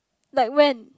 like when